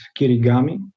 kirigami